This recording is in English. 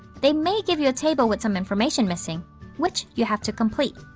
they may give you a table with some information missing which you have to complete.